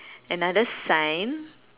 another sign